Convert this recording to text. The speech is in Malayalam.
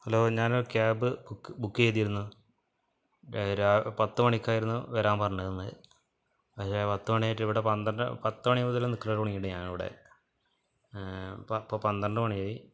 ഹലോ ഞാനൊരു ക്യാബ് ബുക്ക് ചെയിതിരുന്നു പത്തു മണിക്കായിരുന്നു വരാന് പറഞ്ഞിരുന്നത് അതില് പത്തു മണിയായിട്ടു ഇവിടെ പത്തു മണി മുതല് നില്ക്കാന് തുടങ്ങിണ് ഞാനിവിടെ ഇപ്പോള് പന്ത്രണ്ടു മണിയായി